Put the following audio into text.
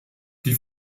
die